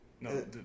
No